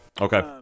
Okay